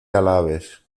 alabes